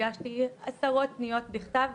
הגשתי עשרות פניות בכתב,